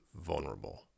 vulnerable